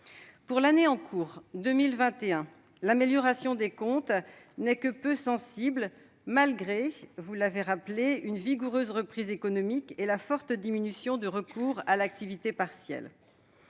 Pour l'année 2021, l'amélioration des comptes n'est que peu sensible, malgré une vigoureuse reprise économique et la forte diminution du recours à l'activité partielle.